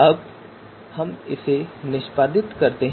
अब हम इसे निष्पादित करते हैं